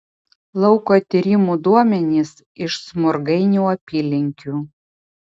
lauko tyrimų duomenys iš smurgainių apylinkių